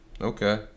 Okay